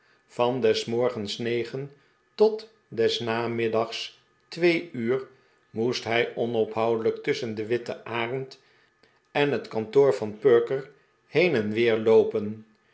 van des morgens negen tot des namiddags twee uur moest hij onophoudelijk tusschen de witte arend en het kantoor van perker heen en weer loop